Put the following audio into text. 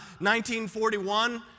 1941